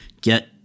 get